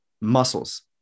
muscles